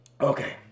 Okay